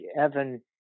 Evan